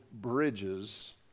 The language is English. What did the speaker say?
bridges